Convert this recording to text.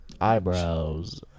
Eyebrows